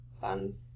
fun